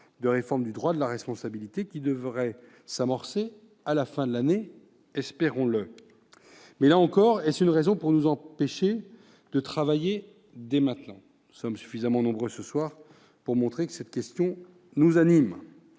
de réforme du droit de la responsabilité qui devrait s'amorcer à la fin de l'année. Mais, là encore, est-ce une raison pour nous empêcher de travailler dès maintenant ? Non ! Notre présence en nombre ce soir montre combien cette question nous